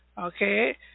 okay